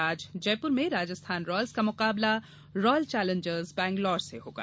आज जयपुर में राजस्थान रॉयल्सं का मुकाबला रॉयल चेलेंजर्स बैंगलोर से होगा